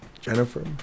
Jennifer